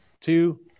two